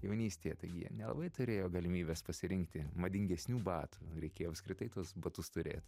jaunystėje taigi jie nelabai turėjo galimybės pasirinkti madingesnių batų reikėjo apskritai tuos batus turėt